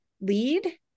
lead